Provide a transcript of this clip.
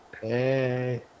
Hey